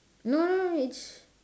no no no it's